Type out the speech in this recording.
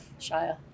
Shia